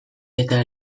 eta